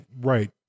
Right